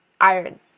iron